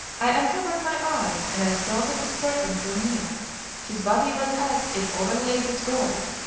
i uncovered my eyes and i saw that a serpent drew near his body was as if overlaid with gold,